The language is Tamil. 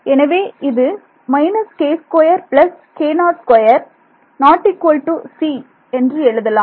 எனவே இது என்று எழுதலாம்